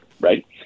right